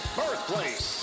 birthplace